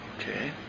Okay